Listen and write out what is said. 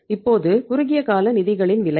இப்போது குறுகிய கால நிதிகளின் விலை